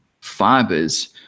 fibers